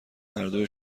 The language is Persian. هردو